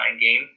game